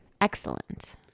Excellent